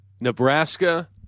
Nebraska